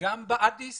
גם באדיס